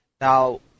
Now